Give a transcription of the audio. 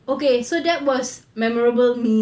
okay so that was memorable meal